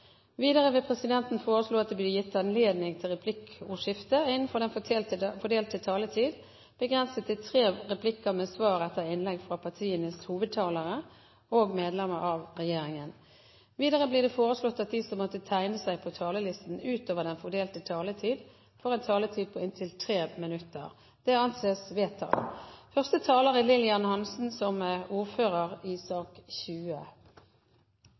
Videre vil presidenten foreslå at det blir gitt anledning til replikkordskifte begrenset til tre replikker med svar etter innlegg fra medlem av regjeringen innenfor den fordelte taletid. Videre blir det foreslått at de som måtte tegne seg på talerlisten utover den fordelte taletid, får en taletid på inntil 3 minutter. – Det anses vedtatt.